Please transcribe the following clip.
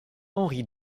henry